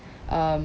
um